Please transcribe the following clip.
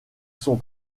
sont